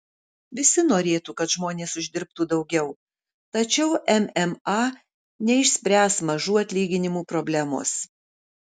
visi norėtų kad žmonės uždirbtų daugiau tačiau mma neišspręs mažų atlyginimų problemos